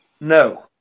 No